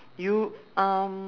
you um